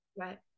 Right